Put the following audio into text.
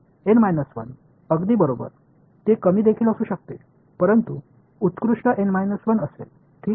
N 1 अगदी बरोबर ते कमी देखील असू शकते परंतु उत्कृष्ट एन 1 असेल ठीक आहे